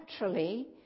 naturally